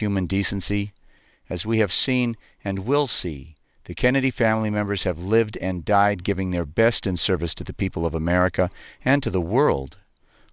human decency as we have seen and will see the kennedy family members have lived and died giving their best in service to the people of america and to the world